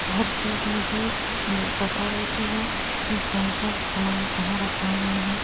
हर चीज मुझे पता रहती है कि कौन सा समान कहाँ रखा हुआ है